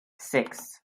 six